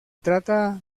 trata